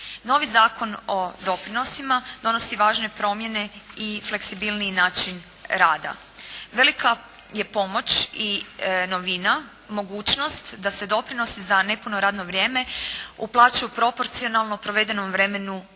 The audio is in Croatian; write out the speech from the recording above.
Novi Zakon o doprinosima donosi važne promjene i fleksibilniji način rada. Velika je pomoć i novina, mogućnost da se doprinosi za nepuno radno vrijeme, uplaćuju proporcionalno provedenom vremenu na